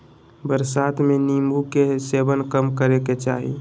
बरसात में नीम्बू के सेवन कम करे के चाही